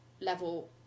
level